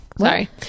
Sorry